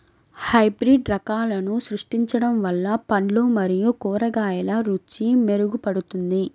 hybrid రకాలను సృష్టించడం వల్ల పండ్లు మరియు కూరగాయల రుచి మెరుగుపడుతుంది